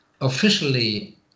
officially